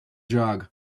jog